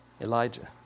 Elijah